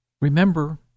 Remember